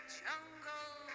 jungle